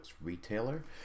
retailer